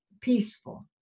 peaceful